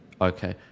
okay